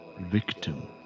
victim